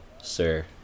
sir